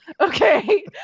okay